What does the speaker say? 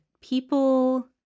people